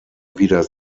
wieder